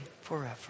forever